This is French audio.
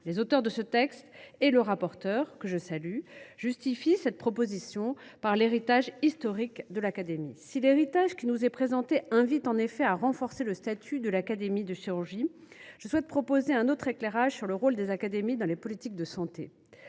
Ses auteurs et le rapporteur, que je salue, justifient cette proposition par l’héritage historique de l’Académie. Si l’héritage qui nous est présenté invite en effet à renforcer le statut de l’Académie nationale de chirurgie, je souhaite proposer un autre éclairage sur le rôle des académies dans les politiques de santé.